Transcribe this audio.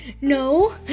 No